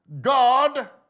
God